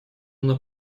она